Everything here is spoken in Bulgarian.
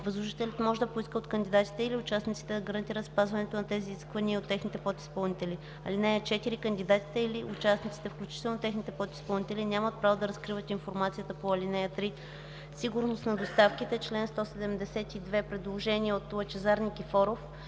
Възложителят може да поиска от кандидатите или участниците да гарантират спазването на тези изисквания и от техните подизпълнители. (4) Кандидатите или участниците, включително техните подизпълнители, нямат право да разкриват информацията по ал. 3.” „Сигурност на доставките”. По чл. 172 има предложение от народния